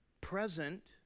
present